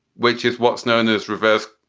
which is what's known as reverse?